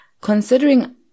considering